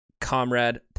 comrade